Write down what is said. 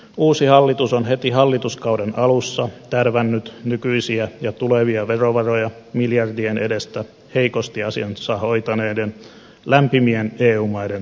uusi hallitus on heti hallituskauden alussa tärvännyt nykyisiä ja tulevia verovaroja miljardien edestä heikosti asiansa hoitaneiden lämpimien eu maiden tukemiseen